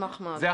נשמח מאוד.